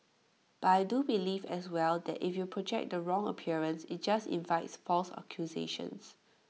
but I do believe as well that if you project the wrong appearance IT just invites false accusations